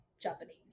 Japanese